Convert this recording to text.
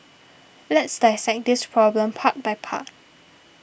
let's dissect this problem part by part